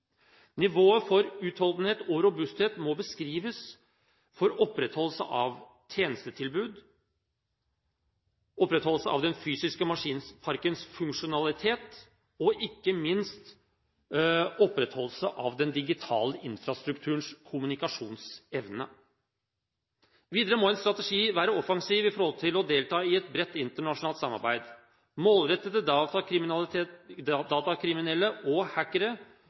Nivået for utholdenhet og robusthet må beskrives for opprettholdelse av tjenestetilbud, opprettholdelse av den fysiske maskinparkens funksjonalitet og ikke minst opprettholdelse av den digitale infrastrukturens kommunikasjonsevne. Videre må en strategi være offensiv når det gjelder å delta i et bredt internasjonalt samarbeid. Målrettede datakriminelle og hackere